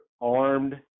armed